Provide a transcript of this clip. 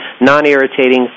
non-irritating